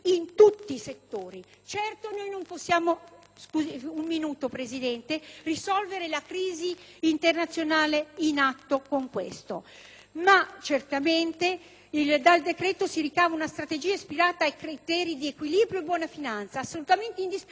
non possiamo risolvere la crisi internazionale in atto con questo decreto; ma dal decreto si ricava una strategia ispirata ai criteri di equilibrio e buona finanza, assolutamente indispensabili per superare questa crisi.